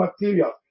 material